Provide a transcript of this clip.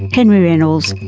henry reynolds,